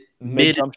mid